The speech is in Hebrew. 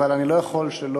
אבל אני לא יכול שלא.